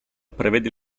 prevede